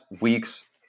weeks